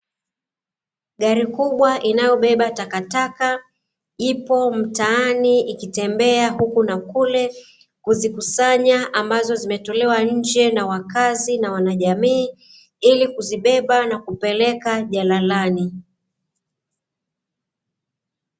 Gari kubwa inayobeba takataka, ipo mtaani ikitembea huku na kule kuzikusanya ambazo zimetolewa nje na wakazi na wanajamii ili kuzibeba na kupeleka jalalani.